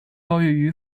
遭遇